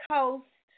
Coast